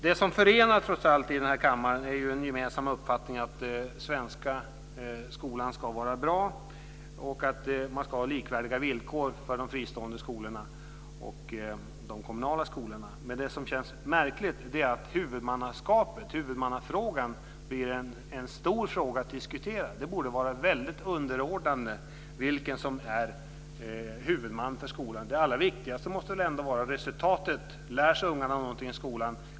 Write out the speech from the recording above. Det som trots allt förenar här i kammaren är en gemensam uppfattning att den svenska skolan ska vara bra och att man ska ha likvärdiga villkor för de fristående skolorna och de kommunala skolorna. Men det som känns märkligt är att frågan om huvudmannaskapet blir en stor fråga att diskutera. Det borde vara en väldigt underordnad fråga vem som är huvudman för skolan. Det allra viktigaste måste väl ändå vara resultatet - lär sig ungarna någonting i skolan?